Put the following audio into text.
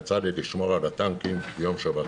יצא לי לשמור על הטנקים ביום שבת.